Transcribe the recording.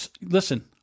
Listen